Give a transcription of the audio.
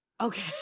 okay